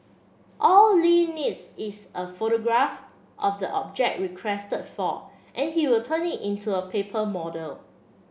all Li needs is a photograph of the object requested for and he will turn it into a paper model